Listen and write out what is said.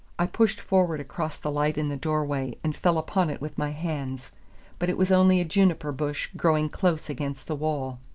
i pushed forward across the light in the door-way, and fell upon it with my hands but it was only a juniper-bush growing close against the wall.